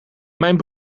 mijn